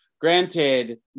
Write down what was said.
Granted